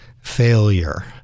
failure